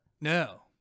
No